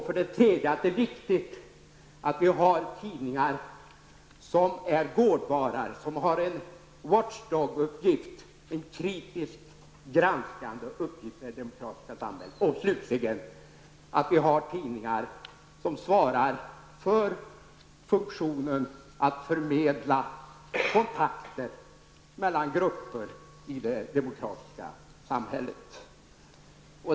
För det tredje är det viktigt att vi har tidningar som är gårdvarar, som har en ''watch dog''-uppgift, en kritisk granskande uppgift i det demokratiska samhället. Slutligen är det viktigt att vi har tidningar som svarar för funktionen att förmedla kontakter mellan grupper i det demokratiska samhället.